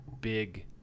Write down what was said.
big